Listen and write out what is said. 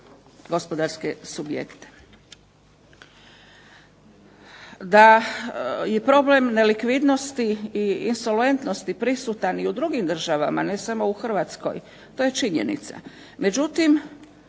gospodarske subjekte. DA je problem nelikvidnosti i insolventnosti prisutan i u drugim državama ne samo u Hrvatskoj, to je činjenica,